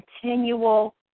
continual